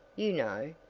you know.